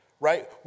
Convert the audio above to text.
right